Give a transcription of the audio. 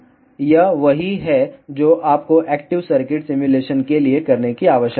तो यह वही है जो आपको एक्टिव सर्किट सिमुलेशन के लिए करने की आवश्यकता है